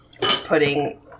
putting